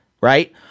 right